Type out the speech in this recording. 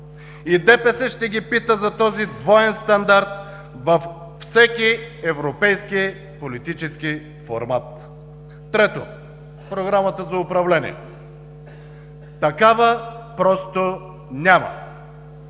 И ДПС ще ги пита за този двоен стандарт във всеки европейски политически формат. Трето – Програмата за управление, такава просто няма.